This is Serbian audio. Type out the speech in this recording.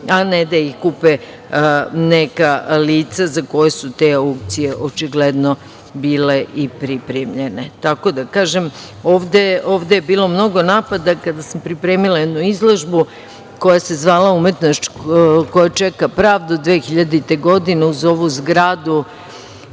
a ne da ih kupe neka lica za koja su te aukcije očigledno bile i pripremljeno. Ovde je bilo mnogo napada kada sam pripremila jednu izložbu koja se zvala "Umetnost koja čeka pravdu 2000. godine", uz ovu zgradu,